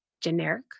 generic